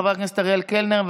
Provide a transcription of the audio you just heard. חבר הכנסת אריאל קלנר,